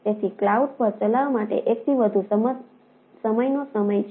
તેથી ક્લાઉડ પર ચલાવવા માટે એક થી વધુ સમયનો સમય છે